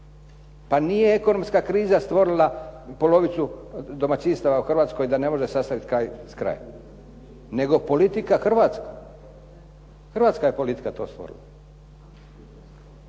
Pa nije ekonomska kriza stvorila polovicu domaćinstava u Hrvatskoj da ne može sastaviti kraj s krajem, nego politika hrvatska, hrvatska je politika to stvorila.